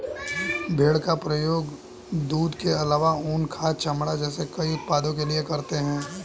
भेड़ का प्रयोग दूध के आलावा ऊन, खाद, चमड़ा जैसे कई उत्पादों के लिए करते है